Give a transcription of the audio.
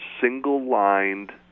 single-lined